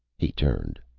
he turned.